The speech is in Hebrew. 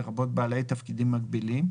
לרבות בעלי תפקידים מקבילים,